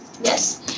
yes